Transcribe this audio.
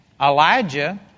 Elijah